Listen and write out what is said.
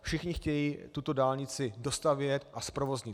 Všichni chtějí tuto dálnici dostavět a zprovoznit.